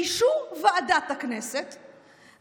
באישור ועדת הכנסת,